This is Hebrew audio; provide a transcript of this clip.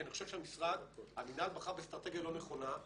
כי אני חושב שהמינהל בחר באסטרטגיה לא נכונה,